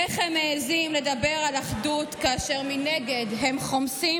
איך הם מעיזים לדבר על אחדות כאשר מנגד הם חומסים